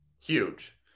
Huge